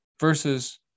versus